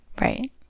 Right